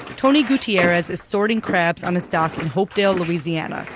tony goutierrez is sorting crabs on his dock in hopedale, louisiana,